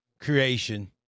creation